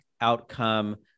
outcome